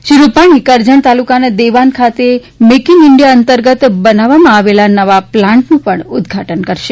શ્રી રૂપાણી કરજણ તાલુકાના દેવાન ખાતે make in India અંતર્ગત બનાવવામાં આવેલા નવા પ્લાન્ટનું ઉદઘાટન કરશે